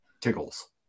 tickles